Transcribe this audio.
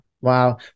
Wow